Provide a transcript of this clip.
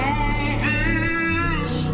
Movies